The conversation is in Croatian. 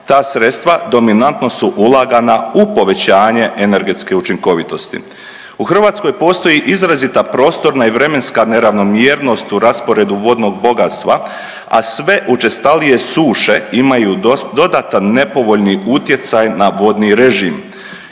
Ta sredstva dominantno su ulagana u povećanje energetske učinkovitosti. U Hrvatskoj postoji izrazita prostorna i vremenska neravnomjernost u rasporedu vodnog bogatstva, a sve učestalije suše imaju dodatan nepovoljni utjecaj na vodni režim.